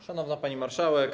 Szanowna Pani Marszałek!